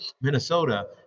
Minnesota